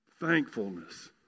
Thankfulness